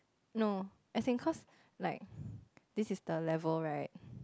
no as in cause like this is the level right